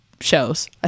shows